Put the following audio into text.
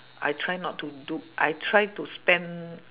I try not to do I try to spend